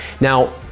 Now